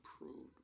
approved